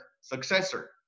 successor